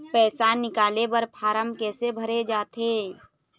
पैसा निकाले बर फार्म कैसे भरे जाथे?